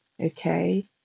okay